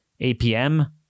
APM